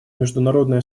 международное